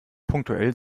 punktuell